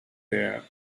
there